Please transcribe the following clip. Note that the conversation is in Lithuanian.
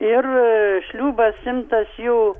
ir šliūbas imtas jau